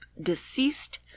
deceased